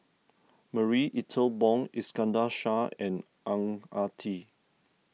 Marie Ethel Bong Iskandar Shah and Ang Ah Tee